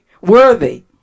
worthy